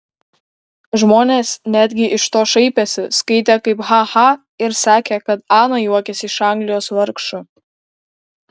žmonės netgi iš to šaipėsi skaitė kaip ha ha ir sakė kad ana juokiasi iš anglijos vargšų